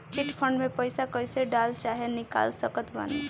Chit fund मे पईसा कईसे डाल चाहे निकाल सकत बानी?